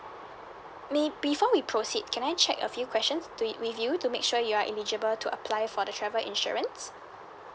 may before we proceed can I check a few questions to it with you to make sure you're eligible to apply for the travel insurance